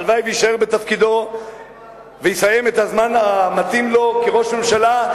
הלוואי שיישאר בתפקידו ויסיים את הזמן המתאים לו כראש הממשלה,